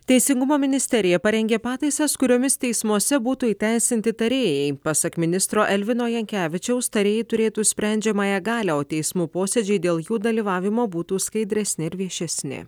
teisingumo ministerija parengė pataisas kuriomis teismuose būtų įteisinti tarėjai pasak ministro elvino jankevičiaus tarėjai turėtų sprendžiamąją galią o teismų posėdžiai dėl jų dalyvavimo būtų skaidresni ir viešesni